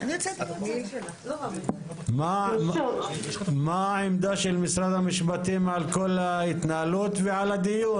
מה העמדה של משרד המשפטים על כל ההתנהלות ועל הדיון?